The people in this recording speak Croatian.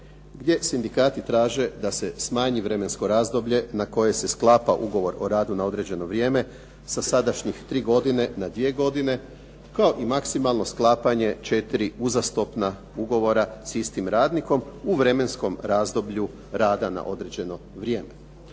gdje sindikati traže da se smanji vremensko razdoblje na koje se sklapa ugovor o radu na određeno vrijeme sa sadašnjih tri godine na dvije godine kao i maksimalno sklapanje četiri uzastopna ugovora s istim radnikom u vremenskom razdoblju rada na određeno vrijeme.